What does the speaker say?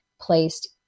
placed